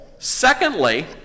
Secondly